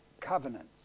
covenants